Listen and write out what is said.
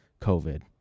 COVID